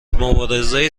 مبارزه